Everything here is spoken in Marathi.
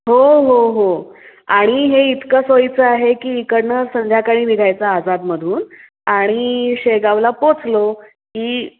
हो हो हो आणि हे इतकं सोयीचं आहे की इकडनं संध्याकाळी निघायचं आजादमधून आणि शेगावला पोचलो की